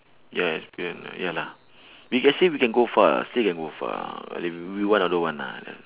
ya experience ah ya lah we can say we can go far still can go far but if we want or don't want ah